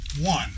one